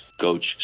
coach